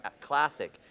Classic